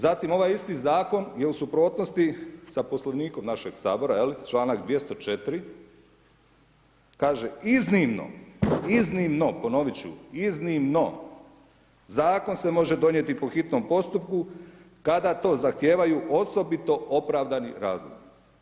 Zatim ovaj isti zakon je u suprotnosti sa poslovnikom našeg Sabora, čl. 204. kaže iznimno ponoviti ću, iznimno, zakon se može donijeti po hitnom postupku kada to zahtijevaju osobito opravdani razlozi.